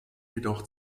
jedoch